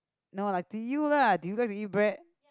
no lah do you lah do you like to eat bread